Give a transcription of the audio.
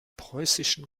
preußischen